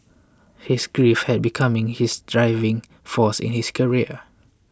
his grief had becoming his driving force in his career